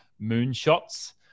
moonshots